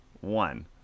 one